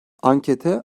ankete